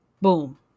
boom